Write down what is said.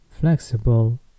flexible